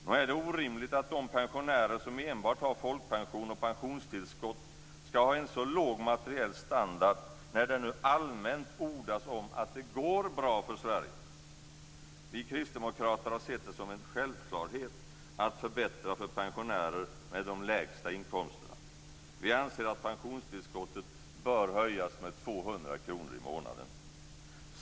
Nog är det orimligt att de pensionärer som enbart har folkpension och pensionstillskott ska ha en så låg materiell standard när det nu allmänt ordas om att det går bra för Sverige? Vi kristdemokrater har sett det som en självklarhet att förbättra för pensionärerna med de lägsta inkomsterna. Vi anser att pensionstillskottet bör höjas med 200 kr i månaden.